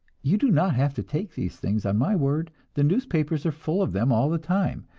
you do not have to take these things on my word the newspapers are full of them all the time,